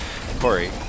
Corey